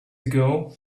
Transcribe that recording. ago